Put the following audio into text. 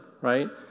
right